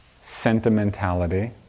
sentimentality